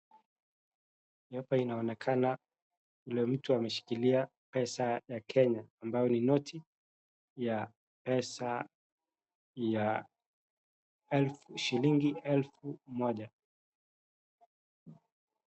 Hapa inaonekana kuna mtu ameshikilia pesa ya Kenya ambayo ni noti ya pesa ya elfu shilingi elfu moja.